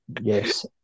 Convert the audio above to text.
Yes